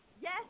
yes